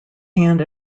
hand